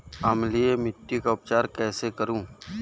अम्लीय मिट्टी का उपचार कैसे करूँ?